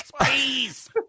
Please